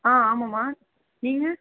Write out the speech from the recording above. ஆ ஆமாம்மா நீங்கள்